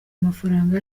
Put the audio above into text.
amafaranga